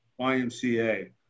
YMCA